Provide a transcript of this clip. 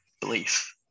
belief